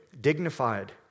dignified